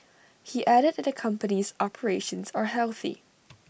he added that the company's operations are healthy